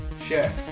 share